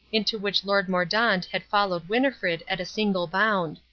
into which lord mordaunt had followed winnifred at a single bound.